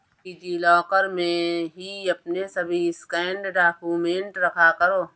तुम DigiLocker में ही अपने सभी स्कैंड डाक्यूमेंट रखा करो